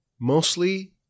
mostly